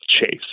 Chase